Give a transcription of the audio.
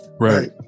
Right